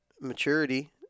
maturity